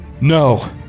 No